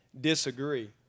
disagree